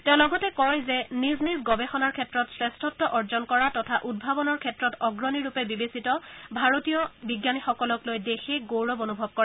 তেওঁ লগতে নিজ নিজ গৱেষণাৰ ক্ষেত্ৰত শ্ৰেষ্ঠত্ব অৰ্জন কৰা তথা উদ্ভাৱনৰ ক্ষেত্ৰত অগ্ৰণীৰূপে বিবেচিত ভাৰতীয় বিজ্ঞানীসকলক লৈ দেশে গৌৰৱ অনুভৱ কৰে